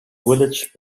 village